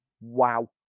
wow